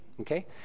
Okay